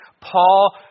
Paul